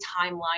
timeline